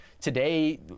today